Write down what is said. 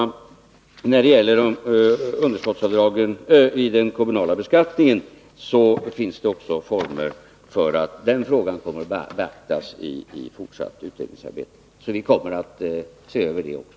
Också när det gäller underskottsavdragen i samband med den kommunala beskattningen finns det former för hur den frågan kan beaktas i det fortsatta utredningsarbetet. Vi kommer således att se över även den frågan.